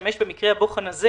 נשתמש במקרה הבוחן הזה